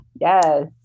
Yes